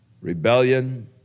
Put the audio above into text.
rebellion